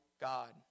God